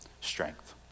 strength